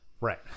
right